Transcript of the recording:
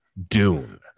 Dune